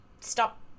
stop